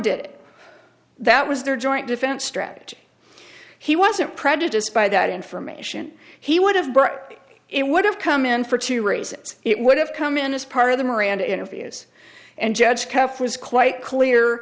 it that was their joint defense strategy he wasn't prejudiced by that information he would have broke it would have come in for two reasons it would have come in as part of the miranda interviews and judge tough was quite clear